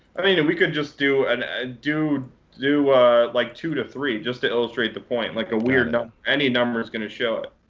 i mean, and we could just do and ah do do like two to three just to illustrate the point, like a weird number. any number is going to show